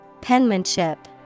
Penmanship